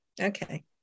okay